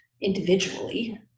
individually